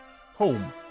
home